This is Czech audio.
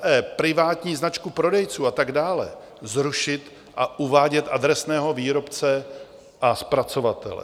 e) privátní značku prodejců a tak dále zrušit a uvádět adresného výrobce a zpracovatele,